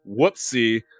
Whoopsie